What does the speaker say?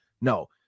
No